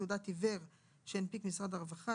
תעודת עיור שהנפיק משרד הרווחה,